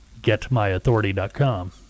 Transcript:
getmyauthority.com